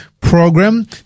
Program